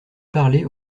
parlers